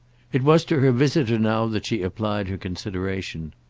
it was to her visitor now that she applied her consideration.